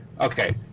Okay